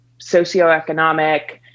socioeconomic